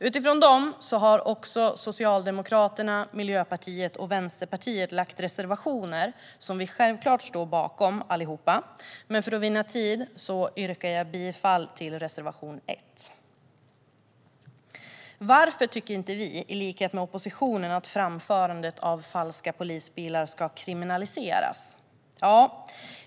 Utifrån dem har också Socialdemokraterna, Miljöpartiet och Vänsterpartiet lämnat reservationer som vi alla självklart står bakom, men för tids vinnande yrkar jag bifall endast till reservation 1. Varför tycker inte vi, som oppositionen, att framförande av falska polisbilar ska kriminaliseras?